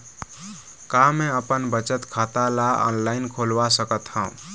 का मैं अपन बचत खाता ला ऑनलाइन खोलवा सकत ह?